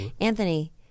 Anthony